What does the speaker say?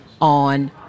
on